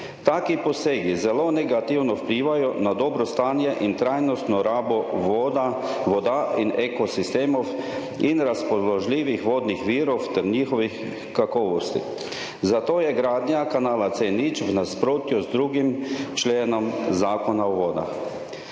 Taki posegi zelo negativno vplivajo na dobro stanje in trajnostno rabo voda, voda in ekosistemov in razpoložljivih vodnih virov ter njihovih kakovosti, zato je gradnja kanala C0 v nasprotju z 2. členom Zakona o vodah.